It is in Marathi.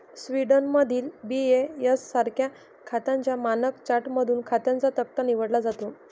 स्वीडनमधील बी.ए.एस सारख्या खात्यांच्या मानक चार्टमधून खात्यांचा तक्ता निवडला जातो